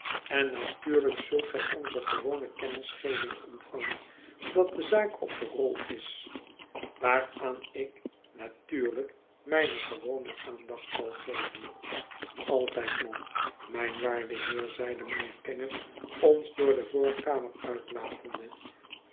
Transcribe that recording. en natuurlijk zult gij onze gewone kennisgeving ontvangen dat de zaak op de rol is waaraan ik natuurlijk mijne gewone aandacht zal geven altijd nog mijn waarde heer zeide mijnheer kenge ons door de voorkamer uitlatende